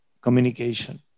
communication